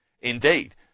Indeed